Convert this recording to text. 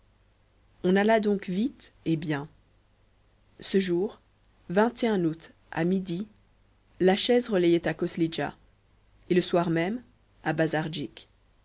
on alla donc vite et bien ce jour août à midi la chaise relayait à koslidcha et le soir même à